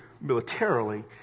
militarily